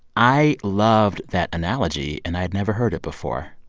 i loved that analogy, and i'd never heard it before.